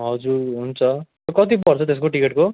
हजुर हुन्छ कति पर्छ त्यसको टिकटको